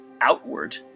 outward